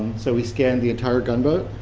so we scanned the entire gunboat.